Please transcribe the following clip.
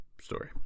story